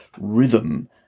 rhythm